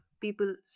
people